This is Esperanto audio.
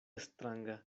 stranga